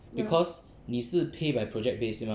because 你是 pay by project basis 对 mah